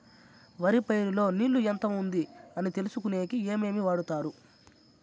వరి పైరు లో నీళ్లు ఎంత ఉంది అని తెలుసుకునేకి ఏమేమి వాడతారు?